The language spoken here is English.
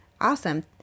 Awesome